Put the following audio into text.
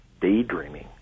daydreaming